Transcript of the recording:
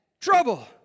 Trouble